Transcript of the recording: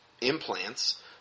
implants